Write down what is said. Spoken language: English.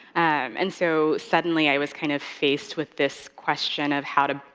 and so, suddenly i was kind of faced with this question of how to,